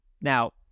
now